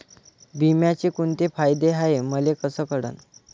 बिम्याचे कुंते फायदे हाय मले कस कळन?